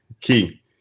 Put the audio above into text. Key